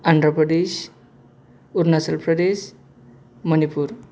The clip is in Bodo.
आन्धप्रदेस अरुनाचल प्रदेस मनिपुर